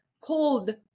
cold